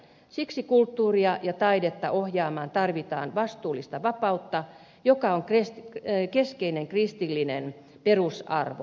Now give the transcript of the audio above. siksi kulttuuria ja taidetta ohjaamaan tarvitaan vastuullista vapautta joka on keskeinen kristillinen perusarvo